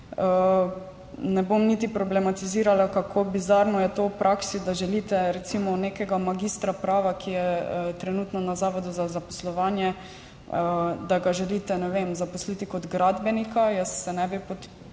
Ne bom niti problematizirala, kako bizarno je v praksi to, da želite recimo nekega magistra prava, ki je trenutno na zavodu za zaposlovanje, ne vem, zaposliti kot gradbenika. Jaz se ne bi počutila